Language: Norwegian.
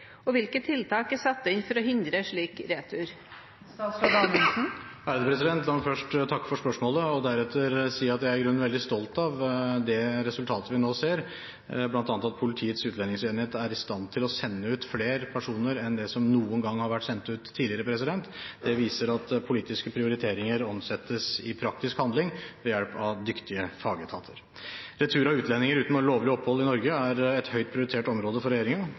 og hvilke tiltak er satt inn for å hindre slik retur?» La meg først få takke for spørsmålet. Deretter vil jeg si at jeg i grunnen er veldig stolt av det resultatet vi nå ser, bl.a. at Politiets utlendingsenhet nå er i stand til å sende ut flere personer enn noen gang tidligere. Det viser at politiske prioriteringer omsettes i praktisk handling, ved hjelp av dyktige fagetater. Retur av utlendinger uten lovlig opphold i Norge er et høyt prioritert område for